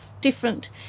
different